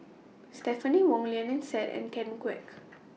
Stephanie Wong Lynnette Seah and Ken Kwek